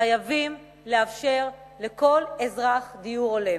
חייבים לאפשר לכל אזרח דיור הולם.